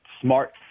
smart